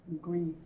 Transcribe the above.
grief